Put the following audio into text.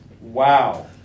Wow